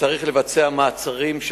צריך לבצע שם מעצרים,